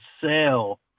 sell